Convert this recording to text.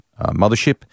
mothership